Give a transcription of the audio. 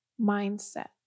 mindset